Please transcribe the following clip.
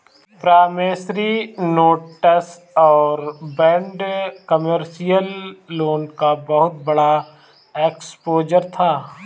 promissory notes और bad commercial loan का बहुत बड़ा एक्सपोजर था